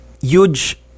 huge